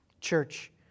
Church